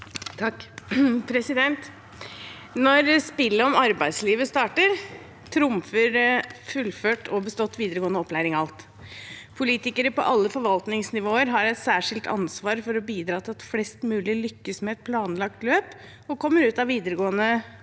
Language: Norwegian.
(H) Når spillet om ar- beidslivet starter, trumfer fullført og bestått videregående opplæring alt. Politikere på alle forvaltningsnivåer har et særskilt ansvar for å bidra til at flest mulig lykkes med et planlagt løp og kommer ut av videregående opplæring